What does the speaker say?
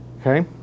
Okay